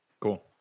Cool